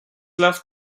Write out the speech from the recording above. left